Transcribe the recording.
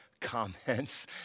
comments